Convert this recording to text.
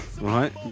right